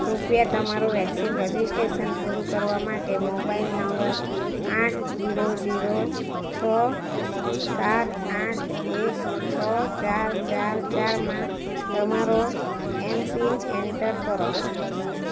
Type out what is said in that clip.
કૃપયા તમારું vaccine registration પૂરું કરવા માટે મોબાઈલ નંબર આઠ જીરો જીરો છ સાત આઠ એક છ ચાર ચાર ચારમાં તમારો એમ પિન એન્ટર કરો